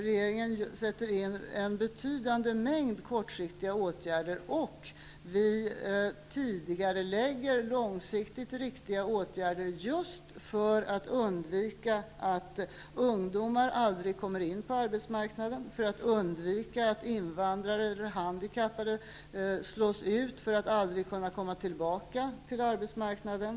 Regeringen sätter in en betydande mängd kortsiktiga åtgärder. Vi tidigarelägger dessutom långsiktigt riktiga åtgärder just för att undvika att ungdomar aldrig kommer in på arbetsmarknaden och för att undvika att invandrare eller handikappade slås ut för att aldrig komma tillbaka till arbetsmarknaden.